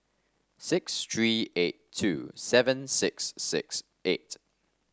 six three eight two seven six six eight